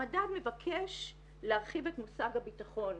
המדד מבקש להרחיב את מושג הביטחון.